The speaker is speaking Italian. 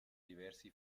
diversi